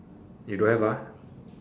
you don't have ah